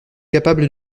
capable